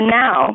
now